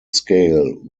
scale